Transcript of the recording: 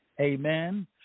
Amen